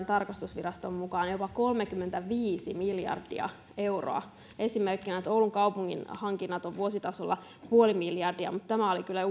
tarkastusviraston mukaan jopa kolmekymmentäviisi miljardia euroa esimerkkinä oulun kaupungin hankinnat ovat vuositasolla puoli miljardia mutta tämä oli kyllä